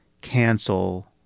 cancel